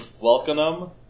Welcome